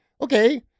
Okay